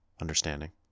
understanding